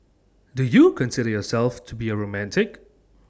do you consider yourself to be A romantic